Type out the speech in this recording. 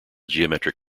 geometric